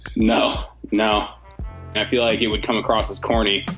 no now i feel like you would come across as corny